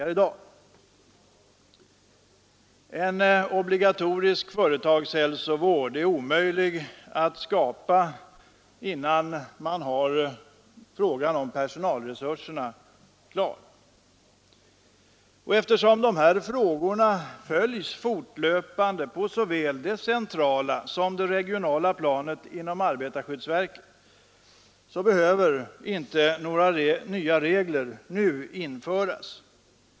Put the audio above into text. En obligatorisk företagshälsovård är omöjlig att skapa innan man har frågan om personalresurserna klar. Eftersom de här frågorna följs fortlöpande på såväl det centrala som det regionala planet inom arbetarskyddsverket, behöver några nya regler nu inte införas.